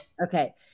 Okay